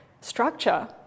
structure